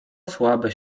słabe